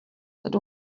that